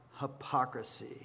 hypocrisy